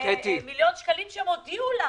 מיליון שקלים, שהם הודיעו לנו